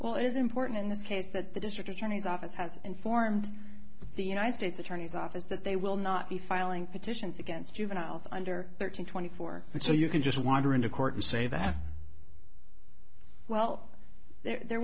well it is important in this case that the district attorney's office has informed the united states attorney's office that they will not be filing petitions against juveniles under thirteen twenty four and so you can just wander into court and say that well there